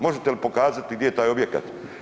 Možete li pokazati gdje je taj objekat?